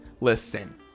listen